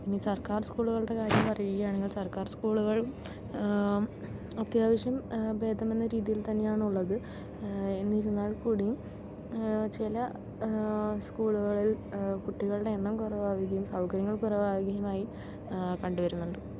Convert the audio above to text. ഇനി സർക്കാർ സ്കൂളുകളുടെ കാര്യം പറയുകയാണെങ്കിൽ സർക്കാർ സ്കൂളുകളും അത്യാവശ്യം ഭേതമെന്ന രീതിയിൽ തന്നെയാണ് ഉള്ളത് എന്നിരുന്നാൽ കൂടിയും ചില സ്കൂളുകളിൽ കുട്ടികളുടെ എണ്ണം കുറവാകുകയും സൗകര്യങ്ങൾ കുറവാകുകയുമായി കണ്ടുവരുന്നുണ്ട്